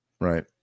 right